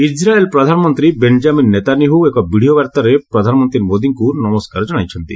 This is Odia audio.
ଇସ୍ରାଏଲ ପ୍ରଧାନମନ୍ତ୍ରୀ ବେନଞ୍ଜାମିନ୍ ନେତା ନେହୁ ଏକ ଭିଡିଓ ବାର୍ତ୍ତାରେ ପ୍ରଧାନମନ୍ତ୍ରୀ ମୋଦୀଙ୍କୁ ନମସ୍କାର ଜଣାଇଛନ୍ତି